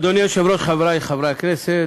אדוני היושב-ראש, חברי חברי הכנסת,